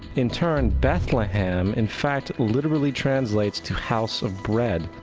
in turn, bethlehem, in fact, literally translates to house of bread.